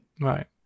Right